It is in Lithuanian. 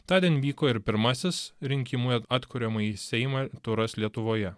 tądien vyko ir pirmasis rinkimų į atkuriamąjį seimą turas lietuvoje